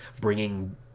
bringing